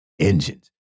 engines